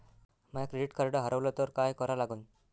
माय credit card हारवलं तर काय करा लागन?